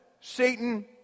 Satan